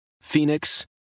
phoenix